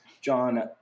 John